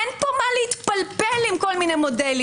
אין פה מה להתפלפל עם כל מיני מודלים.